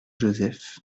joseph